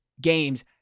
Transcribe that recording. games